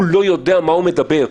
לא יודע על מה הוא מדבר.